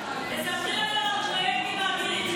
תספרי לנו על הפרויקטים האדירים שאת,